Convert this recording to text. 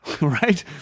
right